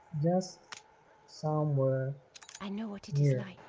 yes somewhere i know what did you